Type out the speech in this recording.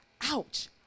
ouch